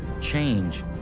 change